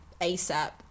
ASAP